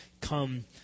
come